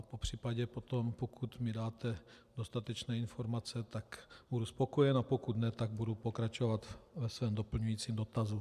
Popřípadě potom, pokud mi dáte dostatečné informace, tak budu spokojen, a pokud ne, tak budu pokračovat ve svém doplňujícím dotazu.